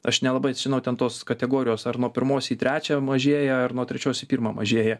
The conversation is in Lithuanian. aš nelabai žinau ten tos kategorijos ar nuo pirmos į trečią mažėja ar nuo trečios į pirmą mažėja